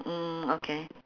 mm okay